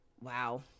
wow